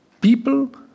people